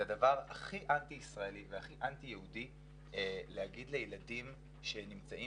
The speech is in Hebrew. זה הדבר הכי אנטי-ישראלי והכי אנטי-יהודי להגיד לילדים שנמצאים